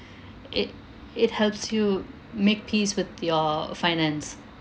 it it helps you make peace with your finance